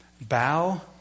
Bow